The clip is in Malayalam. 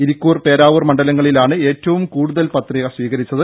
ഇരിക്കൂർ പേരാവൂർ മണ്ഡലങ്ങളിലാണ് ഏറ്റവും കൂടുതൽ പത്രിക സ്വീകരിച്ചത്